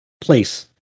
place